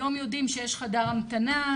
היום יודעים שיש חדר המתנה,